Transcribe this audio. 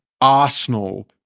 Arsenal